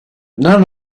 none